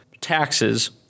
taxes